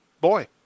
Boy